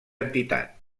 entitat